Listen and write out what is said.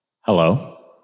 Hello